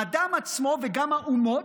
האדם עצמו, וגם האומות,